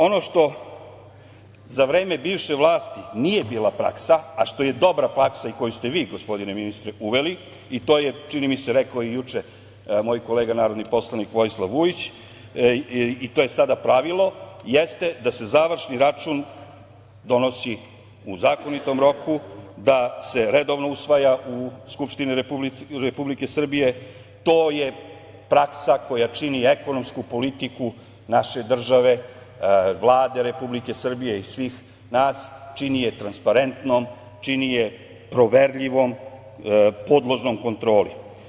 Ono što za vreme bivše vlasti nije bila praksa, a što je dobra praksa i koju ste vi, gospodine ministre, uveli i to je, čini mi se, rekao i juče moj kolega narodni poslanik, Vojislav Vujić, i to je sada pravilo jeste da se završni račun donosi u zakonitom roku, da se redovno usvaja u Skupštini Republike Srbije, To je praksa koja čini ekonomsku politiku naše države, Vlade Republike Srbije i svih nas, čini je transparentnom, čini je proverljivom, podložnom kontroli.